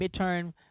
midterm